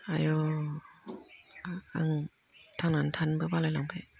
आय' मा आं थांनानै थानोबो बालायलांबाय